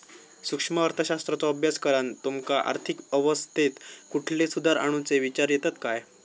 सूक्ष्म अर्थशास्त्राचो अभ्यास करान तुमका आर्थिक अवस्थेत कुठले सुधार आणुचे विचार येतत काय?